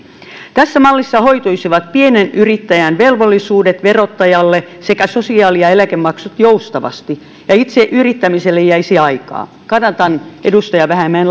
tässä mallissa hoituisivat pienyrittäjän velvollisuudet verottajalle sekä sosiaali ja ja eläkemaksut joustavasti ja itse yrittämiselle jäisi aikaa kannatan edustaja vähämäen